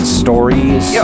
stories